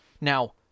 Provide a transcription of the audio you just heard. Now